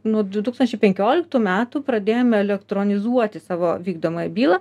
nuo du tūkstančiai penkioliktų metų pradėjome elektroninizuoti savo vykdomąją bylą